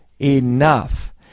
enough